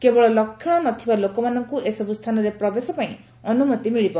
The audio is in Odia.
କେବଳ ଲକ୍ଷଣ ନଥିବା ଲୋକମାନଙ୍କୁ ଏସବୁ ସ୍ଥାନରେ ପ୍ରବେଶ ପାଇଁ ଅନୁମତି ମିଳିବ